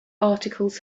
articles